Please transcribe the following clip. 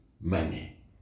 money